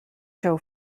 show